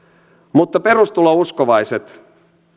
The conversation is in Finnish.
mutta perustulouskovaiset